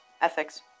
ethics